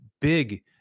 big